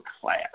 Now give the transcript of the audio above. class